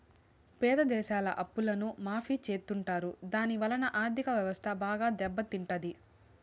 పేద దేశాల అప్పులను మాఫీ చెత్తుంటారు దాని వలన ఆర్ధిక వ్యవస్థ బాగా దెబ్బ తింటాది